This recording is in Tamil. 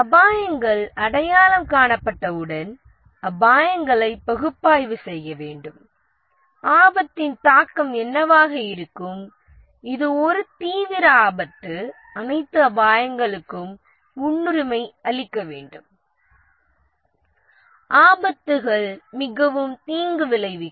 அபாயங்கள் அடையாளம் காணப்பட்டவுடன் அபாயங்களை பகுப்பாய்வு செய்ய வேண்டும் ஆபத்தின் தாக்கம் என்னவாக இருக்கும் இது ஒரு தீவிர ஆபத்து அனைத்து அபாயங்களுக்கும் முன்னுரிமை அளிக்க வேண்டும் ஆபத்துகள் மிகவும் தீங்கு விளைவிக்கும்